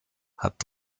hat